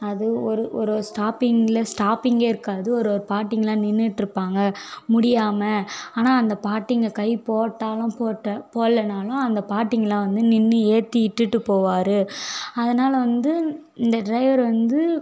அது ஒரு ஒரு ஒரு ஸ்டாப்பிங்கில் ஸ்டாப்பிங்கே இருக்காது ஒரு ஒரு பாட்டிங்கலாம் நின்றுட்டு இருப்பாங்க முடியாமல் ஆனால் அந்த பாட்டிங்க கை போட்டாலும் போட்ட போடலனாலும் அந்த பாட்டிங்கலாம் வந்து நின்று ஏற்றி இட்டுட்டுப்போவார் அதனால் வந்து இந்த ட்ரைவரு வந்து